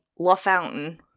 LaFountain